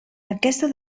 aquesta